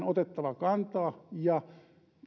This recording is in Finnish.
otettava kantaa ja